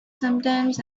sometimes